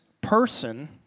person